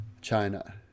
china